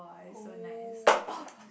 oh oh